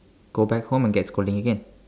go back home and get scolding again